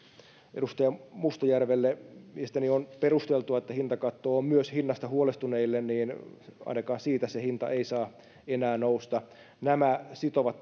edustaja mustajärvelle mielestäni on perusteltua että hintakatto on myös hinnasta huolestuneille ainakaan siitä se hinta ei saa enää nousta nämä sitovat